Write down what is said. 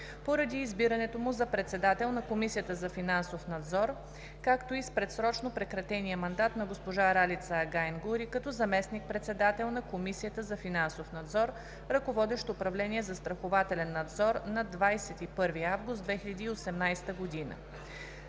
поради избирането му за председател на Комисията за финансов надзор, както и с предсрочно прекратения мандат на госпожа Ралица Агайн-Гури като заместник-председател на Комисията за финансов надзор, ръководещ управление „Застрахователен надзор“, на 21 август 2018 г.